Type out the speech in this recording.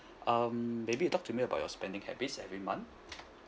um maybe you talk to me about your spending habits every month